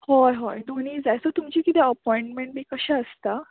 हय हय दोनी जाय सो तुमचें किदें अपोयंटमेंट बी कशें आसता